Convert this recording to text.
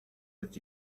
with